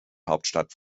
hauptstadt